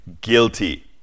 Guilty